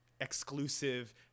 exclusive